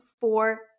four